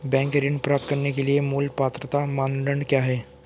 Bank ऋण प्राप्त करने के लिए मूल पात्रता मानदंड क्या हैं?